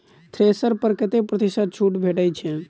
Thresher पर कतै प्रतिशत छूट भेटय छै?